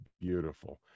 beautiful